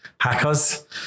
hackers